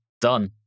done